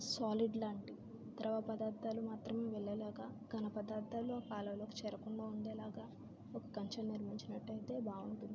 solid లాంటి ద్రవ పదార్ధాలు మాత్రం వెళ్ళేలాగ ఘన పదార్ధాలు ఆ కాలువలో చేరకుండా ఉండేలాగ ఒక కంచే నిర్మించినట్టు అయితే బాగుంటుంది